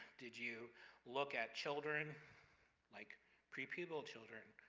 did you look at children like pre-pubertal children?